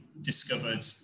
discovered